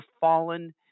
fallen